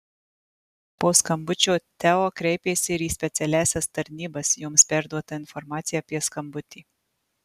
po skambučio teo kreipėsi ir į specialiąsias tarnybas joms perduota informacija apie skambutį